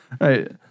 Right